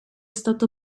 stato